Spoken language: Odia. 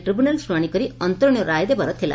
ଟ୍ରିବ୍ୟୁନାଲ୍ ଶୁଶାଶି କରି ଅନ୍ତରୀଶ ରାୟ ଦେବାର ଥିଲା